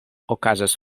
okazos